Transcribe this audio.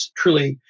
truly